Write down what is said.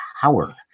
power